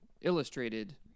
illustrated